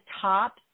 top